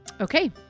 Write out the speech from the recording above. Okay